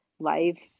life